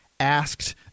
asked